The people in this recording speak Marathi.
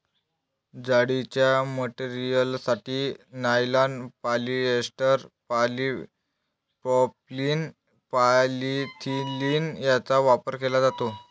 जाळीच्या मटेरियलसाठी नायलॉन, पॉलिएस्टर, पॉलिप्रॉपिलीन, पॉलिथिलीन यांचा वापर केला जातो